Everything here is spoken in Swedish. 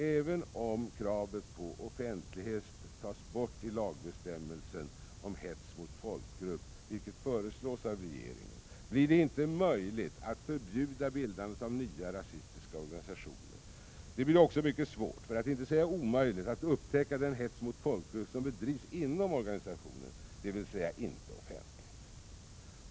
Även om kravet på offentlighet tas bort i lagbestämmelsen om hets mot folkgrupp, vilket föreslås av regeringen, blir det inte möjligt att förbjuda bildandet av nya rasistiska organisationer. Det blir också mycket svårt för att inte säga omöjligt att upptäcka den hets mot folkgrupp som bedrivs inom en organisation, dvs. utanför offentligheten.